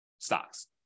stocks